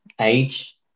age